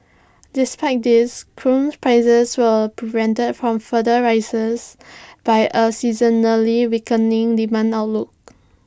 despite this crude prices were prevented from further rises by A seasonally weakening demand outlook